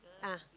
ah